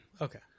Okay